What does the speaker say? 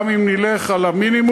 גם אם נלך על המינימום,